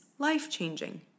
Life-changing